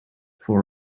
for